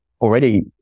already